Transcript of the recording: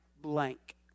blank